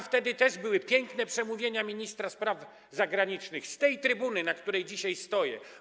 Tam wtedy też były piękne przemówienia ministra spraw zagranicznych z tej trybuny, na której dzisiaj stoję.